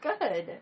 good